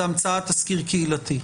זה המצאת תסקיר קהילתי.